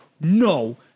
no